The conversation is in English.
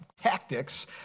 tactics